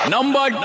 Number